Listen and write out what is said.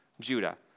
Judah